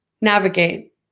navigate